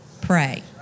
pray